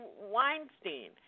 Weinstein